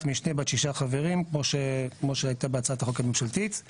משנה בת שישה חברים כמו שהייתה בהצעת החוק הממשלתית.